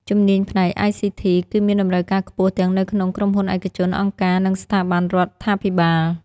ជំនាញផ្នែក ICT គឺមានតម្រូវការខ្ពស់ទាំងនៅក្នុងក្រុមហ៊ុនឯកជន អង្គការ និងស្ថាប័នរដ្ឋាភិបាល។